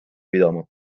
pidama